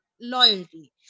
loyalty